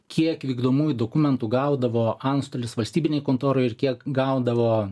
kiek vykdomųjų dokumentų gaudavo antstolis valstybinėj kontoroj ir kiek gaudavo